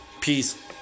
peace